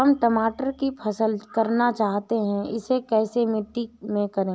हम टमाटर की फसल करना चाहते हैं इसे कैसी मिट्टी में करें?